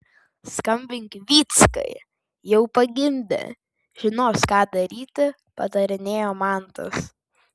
skambink vyckai jau pagimdė žinos ką daryti patarinėjo mantas